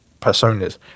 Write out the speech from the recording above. personas